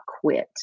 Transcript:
quit